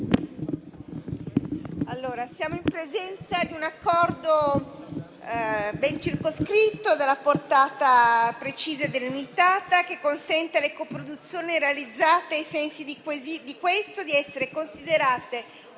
siamo in presenza di un Accordo ben circoscritto e dalla portata precisa e delimitata, che consente alle coproduzioni realizzate ai sensi del provvedimento di essere considerate